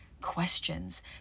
questions